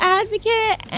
advocate